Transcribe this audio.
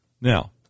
Now